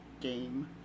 game